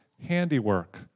handiwork